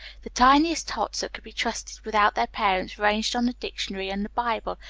the tiniest tots that could be trusted without their parents ranged on the dictionary and the bible,